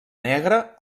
negre